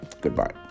Goodbye